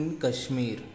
Kashmir